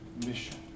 mission